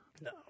No